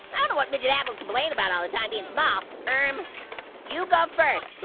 i don't know what midget apple's complaining about all the time being small. um you go first.